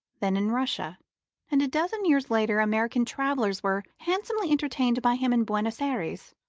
then in russia and a dozen years later american travellers were handsomely entertained by him in buenos ayres,